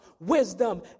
wisdom